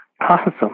Awesome